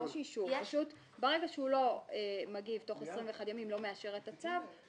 לא מאשר את הצו,